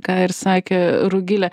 ką ir sakė rugilė